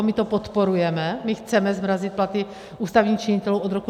My to podporujeme, my chceme zmrazit platy ústavních činitelů od roku 2021.